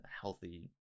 Healthy